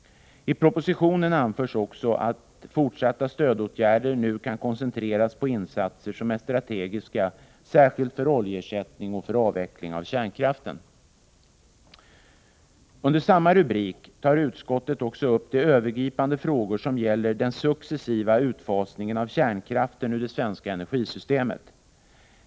I propositionen anförs också att fortsatta stödåtgärder nu kan koncentreras till insatser som är strategiska, särskilt för oljeersättning och för avveckling av kärnkraften. Under samma rubrik tar utskottet också upp de övergripande frågor som gäller den successiva utfasningen av kärnkraften ur det svenska energisystemet.